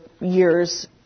years